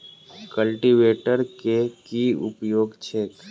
Cultivator केँ की उपयोग छैक?